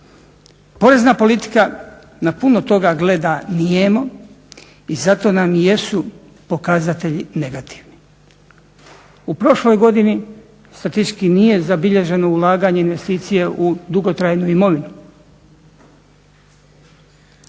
Porezna politika na puno toga gleda nijemo i zato nam i jesu pokazatelji negativni. U prošloj godini statistički nije zabilježeno ulaganje investicije u dugotrajnu imovinu.